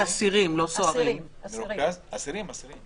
המספרים נשארים די דומים.